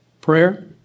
prayer